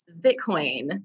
Bitcoin